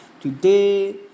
Today